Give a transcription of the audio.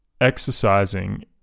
exercising